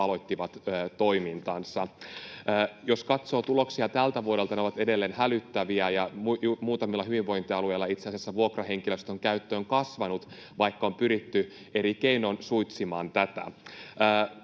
aloittivat toimintansa. Jos katsoo tuloksia tältä vuodelta, ne ovat edelleen hälyttäviä, ja muutamilla hyvinvointialueilla itse asiassa vuokrahenkilöstön käyttö on kasvanut, vaikka on pyritty eri keinoin suitsimaan tätä.